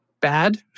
bad